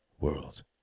world